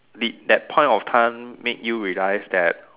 did that point of time made you realise that